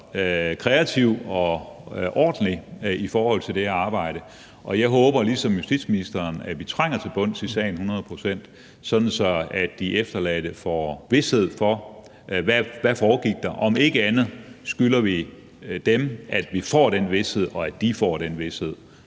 kreativ og ordentlig i forhold til det arbejde, og jeg håber ligesom justitsministeren, at vi trænger hundrede procent til bunds i sagen, sådan at de efterladte får vished for, hvad der foregik, og om ikke andet, skylder vi dem, at vi får den vished, og at de får den vished.